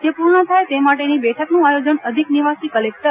જે પૂર્ણ થાય તે માટેની બેઠકનું આયોજન અધિક નિવાસી કલેકટર